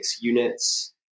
units